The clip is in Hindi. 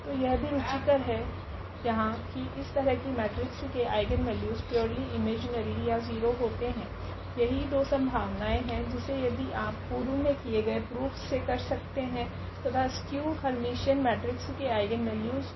तो यह भी रुचिकर है यहाँ की इस तरह की मेट्रिसेस के आइगनवेल्यूस प्यूरली इमेजीनरी या 0 होते है यही दो संभावनाएं है जिसे यदि आप पूर्व मे किए गए प्रूफ से कर सकते है तथा स्क्यू हेर्मिटीयन मेट्रिक्स के आइगनवेल्यूस को